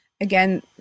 Again